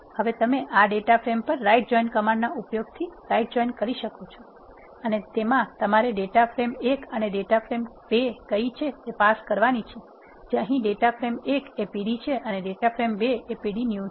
હવે તમે આ ડેટા ફ્રેમ પર રાઇટ જોઇન કમાન્ડ ના ઉપયોગથી રાઇટ જોઇન કરી શકો છો અને તેમા તમારે ડેટા ફ્રેમ ૧ અને ડેટા ફ્રેમ ૨ કઇ છે તે પાસ કરવાની છે જે અહી ડેટા ફ્રેમ ૧ એ pd છે અને ડેટા ફ્રેમ ૨ એ pd new છે